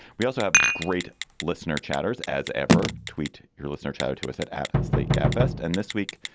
we also have great listener chatters as ever. tweet your listener child to us at at slate gabfest. and this week,